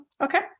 okay